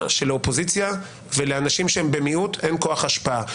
שלאופוזיציה ולאנשים שהם במיעוט אין כוח השפעה.